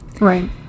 right